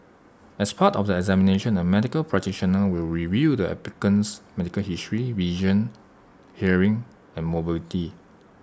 as part of the examination A medical practitioner will review the applicant's medical history vision hearing and mobility